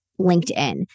LinkedIn